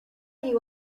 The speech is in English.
you